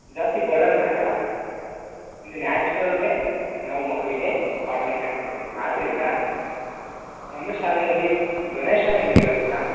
ಜಾಸ್ತಿ ಬರ್ಡನ್ ಹಾಕಲ್ಲ in the natural way ನಾವು ಮಕ್ಕಳಿಗೆ ಪಾಠ ಹೇಳಿಕೊಡ್ತೀವಿ ಆದ್ದರಿಂದ ನಮ್ಮ ಶಾಲೆಯಲ್ಲಿ ಡೊನೇಷನ್ ಏನು ಇರೋದಿಲ್ಲ